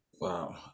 wow